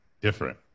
Different